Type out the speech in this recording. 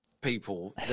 people